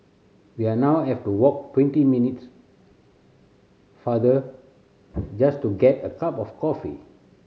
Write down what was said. we are now have to walk twenty minutes farther just to get a cup of coffee